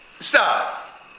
Stop